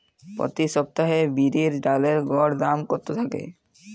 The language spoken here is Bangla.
প্রতি সপ্তাহে বিরির ডালের গড় দাম কত থাকে?